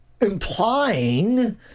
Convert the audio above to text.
implying